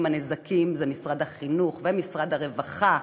הנזקים זה משרד החינוך ומשרד הרווחה.